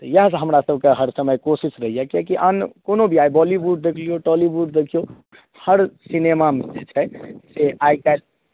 तऽ यहए हमरा सबके हर समय कोशिश रहैए किए कि आन कोनो भी आइ बॉलीवुड देख लियो टॉलीवुड देखियो हर सिनेमामे जे छै से आइ काल्हि